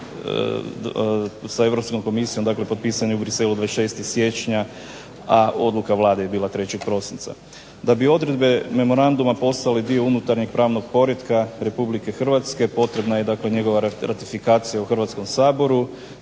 sa Europskom Komisijom, dakle potpisan je u Bruxellesu 26. siječnja, a odluka Vlade je bila 3. prosinca. Da bi odredbe memoranduma postale dio unutarnje pravnog poretka Republike Hrvatske, potrebna je dakle njegova ratifikacija u Hrvatskom saboru,